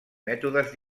mètodes